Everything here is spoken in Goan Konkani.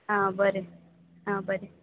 आं बरें आं बरें